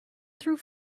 through